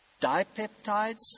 Dipeptides